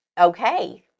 okay